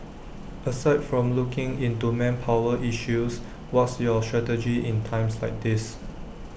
aside from looking into manpower issues what's your strategy in times like these